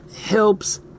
helps